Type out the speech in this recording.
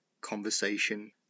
conversation